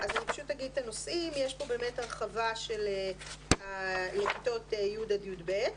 יש כאן הרחבה לכיתות י' עד י"ב.